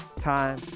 time